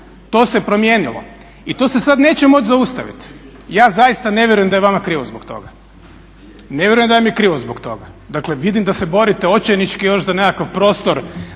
to se promijenilo i to se sad neće moći zaustaviti. Ja zaista ne vjerujem da je vama krivo zbog toga, ne vjerujem da vam je krivo zbog toga. Dakle vidim da se borite očajnički još za nekakav prostor